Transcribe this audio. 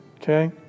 okay